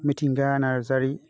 Mithinga Narzary